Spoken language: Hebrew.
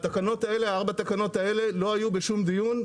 ארבע התקנות הללו לא היו בשום דיון.